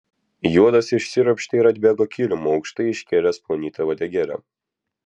juodas išsiropštė ir atbėgo kilimu aukštai iškėlęs plonytę uodegėlę